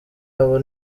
abo